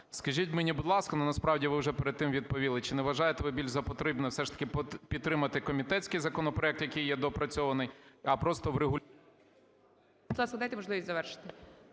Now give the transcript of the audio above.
Скажіть мені, будь ласка, ну, насправді ви вже перед тим відповіли, чи не вважаєте ви більш за потрібне все ж таки підтримати комітетський законопроект, який є доопрацьований, а просто … ГОЛОВУЮЧИЙ.